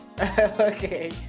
Okay